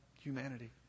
humanity